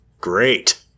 great